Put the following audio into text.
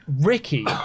Ricky